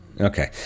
Okay